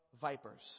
vipers